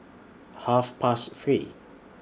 Half Past three